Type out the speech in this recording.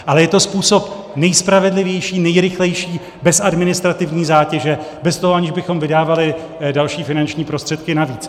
Ale je to způsob nejspravedlivější, nejrychlejší, bez administrativní zátěže, bez toho, že bychom vydávali další finanční prostředky navíc.